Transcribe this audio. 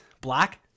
Black